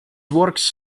works